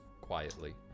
quietly